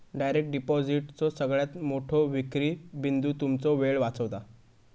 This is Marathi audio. डायरेक्ट डिपॉजिटचो सगळ्यात मोठो विक्री बिंदू तुमचो वेळ वाचवता